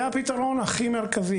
זה הפתרון הכי מרכזי,